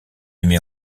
émet